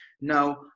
Now